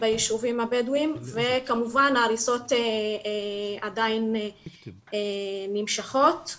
בישובים הבדואים וכמובן ההריסות עדיין נמשכות.